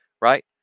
Right